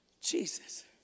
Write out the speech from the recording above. Jesus